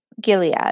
Gilead